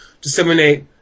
disseminate